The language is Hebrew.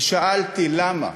ושאלתי למה